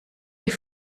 die